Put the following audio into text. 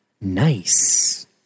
Nice